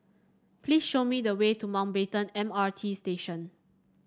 please show me the way to Mountbatten M R T Station